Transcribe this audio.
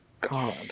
God